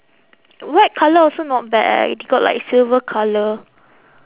white colour also not bad eh they got like silver colour